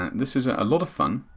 and this is a lot of fun.